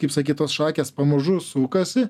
kaip sakyt tos šakės pamažu sukasi